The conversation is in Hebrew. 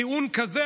טיעון כזה,